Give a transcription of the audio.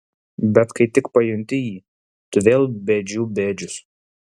bet kai tik pajunti jį tu vėl bėdžių bėdžius